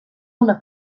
una